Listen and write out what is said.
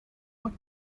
like